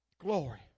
Glory